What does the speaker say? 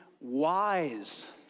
wise